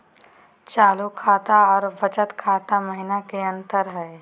चालू खाता अरू बचत खाता महिना की अंतर हई?